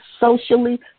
socially